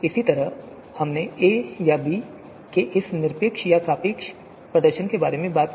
इसी तरह हमने a या b के इस निरपेक्ष या सापेक्ष प्रदर्शन के बारे में भी बात की